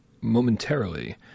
momentarily